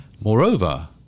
Moreover